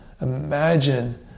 imagine